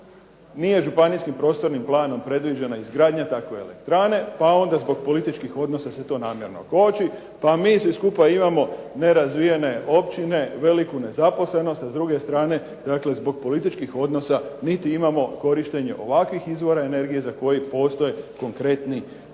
nije Županijskim prostornim planom predviđena izgradnja takve elektrane pa onda zbog političkih odnosa se to namjerno koči pa mi svi skupa imamo nerazvijene općine, veliku nezaposlenost, a s druge strane, dakle zbog političkih odnosa niti imamo korištenje ovakvih izvora energije za koji postoje konkretni